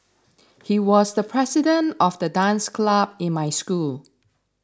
he was the president of the dance club in my school